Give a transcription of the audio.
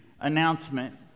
announcement